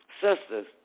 Sisters